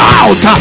out